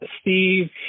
Steve